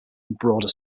broader